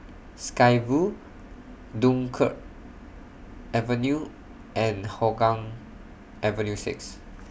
Sky Vue Dunkirk Avenue and Hougang Avenue six